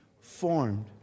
Formed